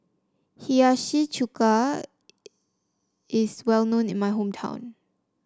Hiyashi Chuka is well known in my hometown